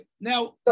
now